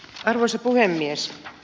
arvoisa puhemies